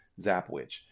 Zapwitch